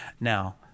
Now